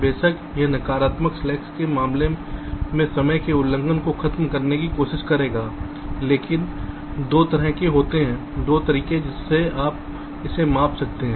बेशक यह नकारात्मक स्लैक्स के मामले में समय के उल्लंघन को खत्म करने की कोशिश करेगा लेकिन 2 तरह के होते हैं 2 तरीके जिसमें आप इसे माप सकते हैं